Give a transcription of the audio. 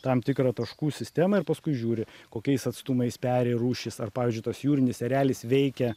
tam tikrą taškų sistemą ir paskui žiūri kokiais atstumais peri rūšys ar pavyzdžiui tas jūrinis erelis veikia